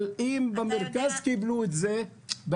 אבל אם במרכז קיבלנו את זה,